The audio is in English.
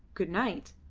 good-night.